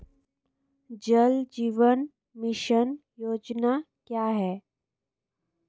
जल जीवन मिशन योजना क्या है?